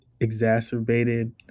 exacerbated